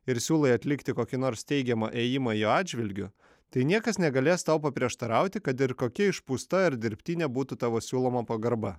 ir siūlai atlikti kokį nors teigiamą ėjimą jo atžvilgiu tai niekas negalės tau paprieštarauti kad ir kokia išpūsta ar dirbtinė būtų tavo siūloma pagarba